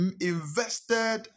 invested